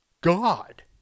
God